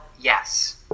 yes